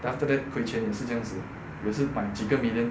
then after that 亏钱也是这样子也是买几个 million